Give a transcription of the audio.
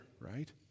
right